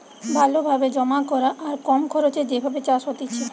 ভালো ভাবে জমা করা আর কম খরচে যে ভাবে চাষ হতিছে